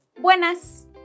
buenas